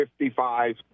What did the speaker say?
55